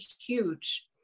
huge